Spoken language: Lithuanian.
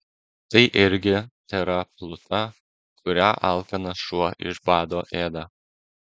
tai irgi tėra pluta kurią alkanas šuo iš bado ėda